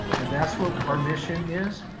and that's what our mission is.